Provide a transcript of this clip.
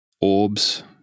orbs